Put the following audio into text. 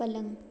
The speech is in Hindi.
पलंग